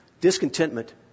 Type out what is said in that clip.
Discontentment